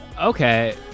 Okay